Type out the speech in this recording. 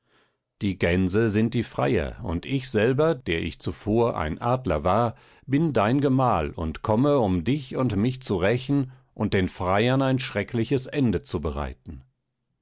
die gänse sind die freier und ich selber der ich zuvor ein adler war bin dein gemahl und komme um dich und mich zu rächen und den freiern ein schreckliches ende zu bereiten